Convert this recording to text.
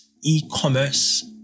e-commerce